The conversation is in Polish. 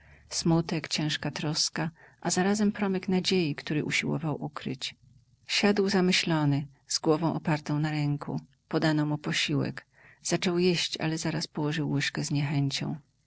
smutek ciężka troska a zarazem promyk nadziei który usiłował pokryć siadł zamyślony z głową opartą na ręku podano mu posiłek zaczął jeść ale zaraz położył łyżkę